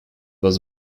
was